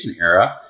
era